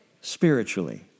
spiritually